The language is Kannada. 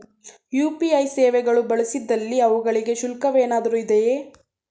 ಯು.ಪಿ.ಐ ಸೇವೆಗಳು ಬಳಸಿದಲ್ಲಿ ಅವುಗಳಿಗೆ ಶುಲ್ಕವೇನಾದರೂ ಇದೆಯೇ?